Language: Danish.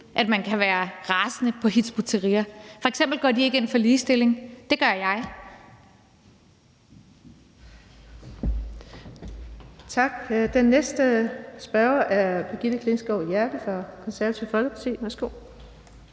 at man kan være rasende på Hizb ut-Tahrir. F.eks. går de ikke ind for ligestilling. Det gør jeg.